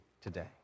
today